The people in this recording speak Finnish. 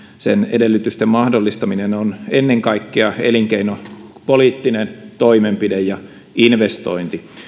edellytysten mahdollistaminen on ennen kaikkea elinkeinopoliittinen toimenpide ja investointi